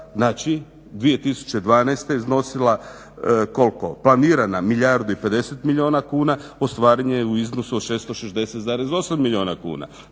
znači, 2012. iznosila, koliko? Planirana milijardu i 50 milijuna kuna ostvaren je u iznosu od 660,8 milijuna kuna,